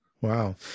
wow